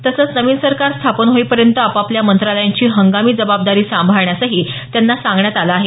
तसंच नवीन सरकार स्थापन होईपर्यंत आपापल्या मंत्रालयांची हंगामी जबाबदारी सांभाळण्यासही त्यांना सांगण्यात आलं आहे